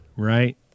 Right